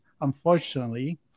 unfortunately